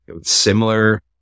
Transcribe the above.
Similar